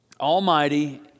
Almighty